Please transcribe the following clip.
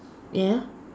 ya